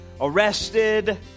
arrested